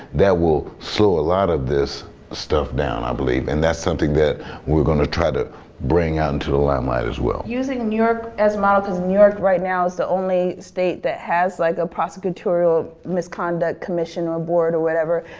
that will slow a lot of this stuff down, i believe. and that's something that we're going to try to bring out into the limelight as well. using new york as a model cause new york right now is the only state that has like a prosecutorial misconduct commission or board or whatever.